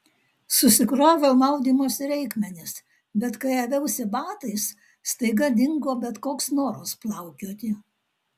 susikroviau maudymosi reikmenis bet kai aviausi batais staiga dingo bet koks noras plaukioti